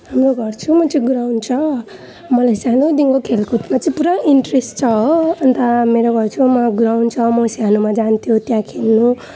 हाम्रो घर छेउमा चाहिँ ग्राउन्ड छ मलाई सानोदेखिको खेलकुदमा चाहिँ पुरा इन्ट्रेस्ट छ हो अन्त मेरो घर छेउमा ग्राउन्ड छ म सानोमा जान्थे त्यहाँ खेल्नु